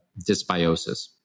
dysbiosis